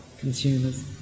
Consumers